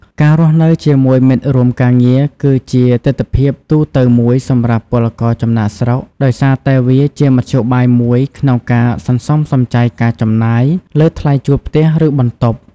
ការរស់នៅជាមួយមិត្តរួមការងារគឺជាទិដ្ឋភាពទូទៅមួយសម្រាប់ពលករចំណាកស្រុក ដោយសារតែវាជាមធ្យោបាយមួយក្នុងការ សន្សំសំចៃការចំណាយ លើថ្លៃជួលផ្ទះ ឬបន្ទប់ ។